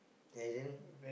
and then